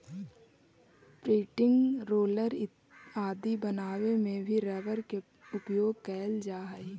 printing roller आदि बनावे में भी रबर के उपयोग कैल जा हइ